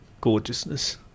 gorgeousness